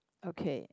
okay